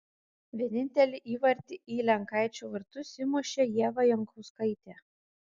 vienintelį įvartį į lenkaičių vartus įmušė ieva jankauskaitė